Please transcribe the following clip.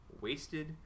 wasted